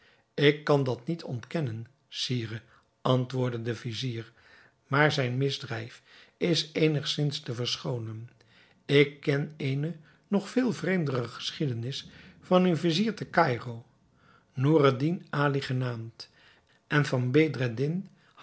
ik kan dat niet ontkennen sire antwoordde de vizier maar zijn misdrijf is eenigzins te verschoonen ik ken eene nog veel vreemdere geschiedenis van een vizier te caïro noureddin ali genaamd en van